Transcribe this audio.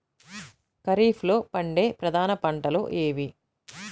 ఖరీఫ్లో పండే ప్రధాన పంటలు ఏవి?